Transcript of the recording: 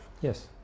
Yes